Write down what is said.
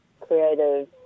creative